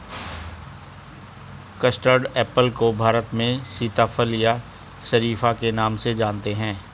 custard apple को भारत में सीताफल या शरीफा के नाम से जानते हैं